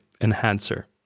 enhancer